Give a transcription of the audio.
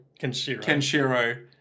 Kenshiro